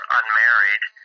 unmarried